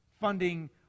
funding